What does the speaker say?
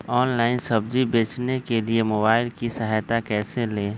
Online सब्जी बेचने के लिए मोबाईल की सहायता कैसे ले?